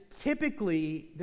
typically